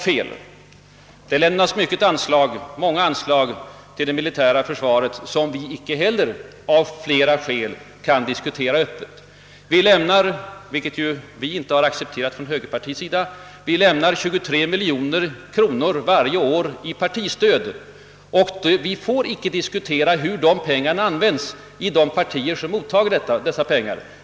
Till det militära försvaret lämnas många anslag som vi av flera skäl icke heller kan diskutera öppet. Det lämnas också — vilket inte minst vi inom högerpartiet har motsatt oss — 23 miljoner kronor varje år i partistöd utan att vi får diskutera hur pengarna används av de partier som mottar dem.